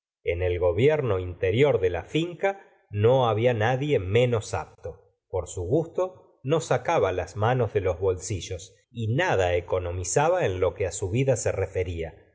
en el gobierno interior de la finca no había nadie menos apto por su gusto no sacaba las manos de los bolsillos y nada economizaba en lo que su vida se refería